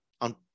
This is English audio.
on